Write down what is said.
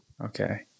okay